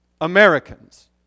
Americans